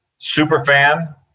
Superfan